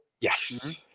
Yes